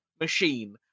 machine